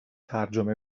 ترجمه